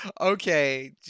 okay